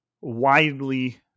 widely